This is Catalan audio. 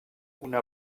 una